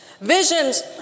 Visions